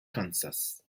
kansas